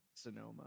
Sonoma